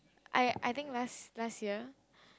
I I think last last year